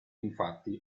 infatti